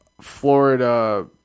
Florida